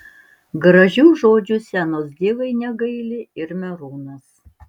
gražių žodžių scenos divai negaili ir merūnas